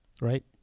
right